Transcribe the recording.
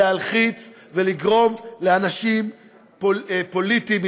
להלחיץ ולגרום לאנשים פוליטיים,